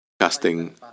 casting